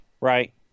Right